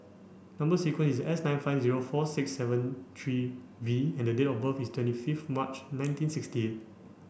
number sequence is S nine five zero four six seven three V and date of birth is twenty fifth March nineteen sixty eight